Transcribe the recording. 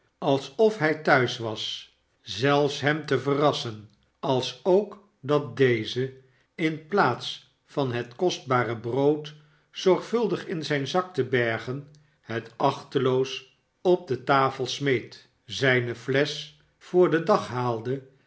alsof hij thuis was zelfs hem te verrassen alsook dat deze in plaats van het kostbare brood zorgvuldig in zijn zak te bergen het achtteloos op de tafel smeet zijne flesch voor den dag haalde